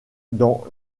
dans